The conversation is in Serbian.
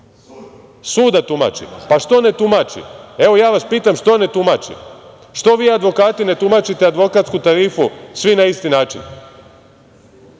da tumači, pa što onda ne tumači? Pa, ja vas pitam – što ne tumači? Što vi advokati ne tumačite advokatsku tarifu svi na isti način,